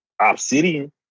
obsidian